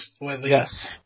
Yes